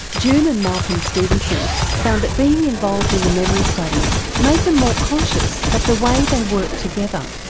june and malcolm stephenson found that being involved in the memory study made them more conscious of the way they worked together.